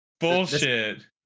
Bullshit